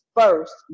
first